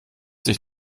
dich